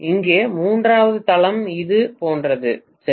இங்கே மூன்றாவது தளம் இது போன்றது சரி